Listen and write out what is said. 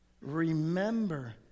Remember